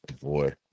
Boy